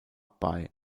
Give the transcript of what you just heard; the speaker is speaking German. bei